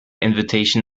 invitation